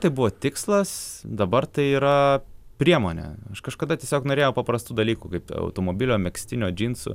tai buvo tikslas dabar tai yra priemonė aš kažkada tiesiog norėjau paprastų dalykų kaip automobilio megztinio džinsų